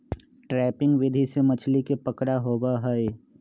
trapping विधि से मछली के पकड़ा होबा हई